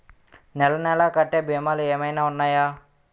నెల నెల కట్టే భీమాలు ఏమైనా ఉన్నాయా?